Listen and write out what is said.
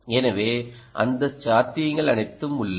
எனவே அந்த சாத்தியங்கள் அனைத்தும் உள்ளன